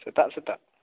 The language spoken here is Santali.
ᱥᱮᱛᱟᱜ ᱥᱮᱛᱟᱜ